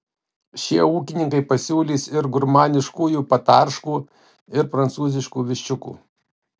šie ūkininkai pasiūlys ir gurmaniškųjų patarškų ir prancūziškų viščiukų